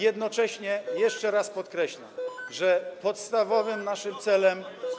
Jednocześnie jeszcze raz podkreślam, że podstawowym naszym celem.